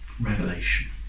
revelation